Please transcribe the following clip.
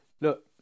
Look